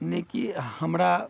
नेकी हमरा